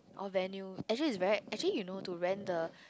venue actually is right actually you know to rent the